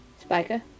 Spiker